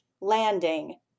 landing